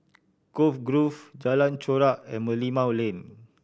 Cove Grove Jalan Chorak and Merlimau Lane